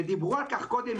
ודיברו על כך קודם,